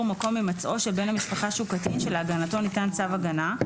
מקום הימצאו של בן המשפחה שהוא קטין שלהגנתו ניתן צו הגנה,